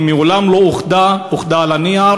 היא מעולם לא אוחדה, אוחדה על הנייר,